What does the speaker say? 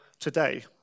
today